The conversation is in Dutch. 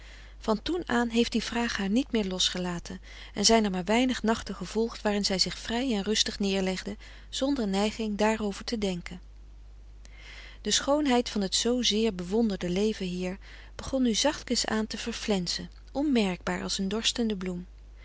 van toen aan heeft die vraag haar niet meer losgelaten en zijn er maar weinig nachten gevolgd waarin zij zich vrij en rustig neerlegde zonder neiging daarover te denken de schoonheid van het zoozeer bewonderde leven hier begon nu zachtkens aan te verflensen onmerkbaar als een dorstende bloem